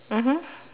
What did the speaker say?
mmhmm